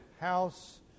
house